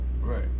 Right